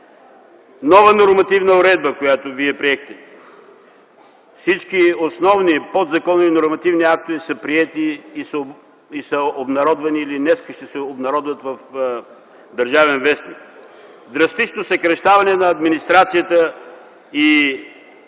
новата нормативна уредба, която вие приехте, приети са всички основни подзаконови нормативни актове, които са обнародвани или днес ще се обнародват в “Държавен вестник”. Драстично се съкращават администрацията и